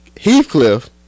Heathcliff